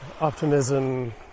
optimism